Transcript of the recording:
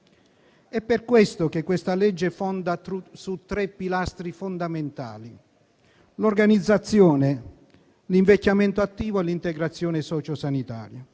nei servizi civici. Questa legge si fonda su tre pilastri fondamentali: l'organizzazione, l'invecchiamento attivo e l'integrazione socio sanitaria.